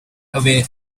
away